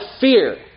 fear